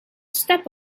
step